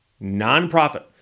Nonprofit